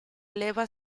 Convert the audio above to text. leva